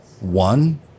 one